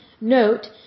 Note